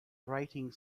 grating